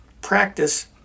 practice